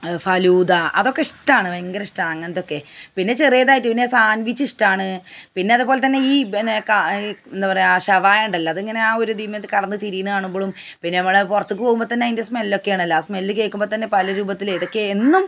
ഫലൂദ അതൊക്കെ ഇഷ്ടമാണ് ഭയങ്കരിഷ്ടമാണ് അങ്ങനത്തെയൊക്കെ പിന്നെ ചെറിയതായിട്ട് പിന്നെ സാൻവിച്ചിഷ്ടമാണ് പിന്നതുപോലെ തന്നെ ഈ എന്നാൽ എന്താ പറയുക ഈ ഷവായ ഉണ്ടല്ലോ അതിങ്ങനെ ആ ഒരു തീമേൽ കിടന്നു തിരിയുന്ന കാണുമ്പോഴും പിന്നെ നമ്മൾ പുറത്തേക്കു പോകുമ്പോൾ തന്നെ അതിൻ്റെ സ്മെല്ലൊക്കെയാണല്ലോ ആ സ്മെല്ല് കേൾക്കുമ്പോൾ തന്നെ പല രൂപത്തിൽ ഇടയ്ക്ക് എന്നും